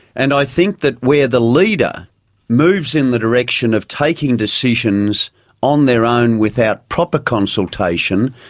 and i think that where the leader moves in the direction of taking decisions on their own without proper consultation,